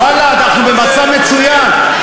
ואללה, אנחנו במצב מצוין.